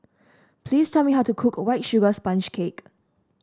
please tell me how to cook White Sugar Sponge Cake